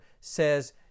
says